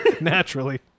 naturally